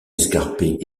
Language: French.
escarpée